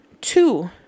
two